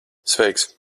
sveiks